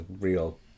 real